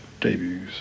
debuts